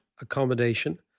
accommodation